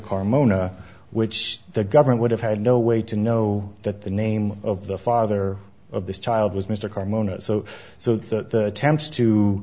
carmona which the government would have had no way to know that the name of the father of this child was mr carmona so so the attempts to